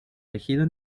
tejido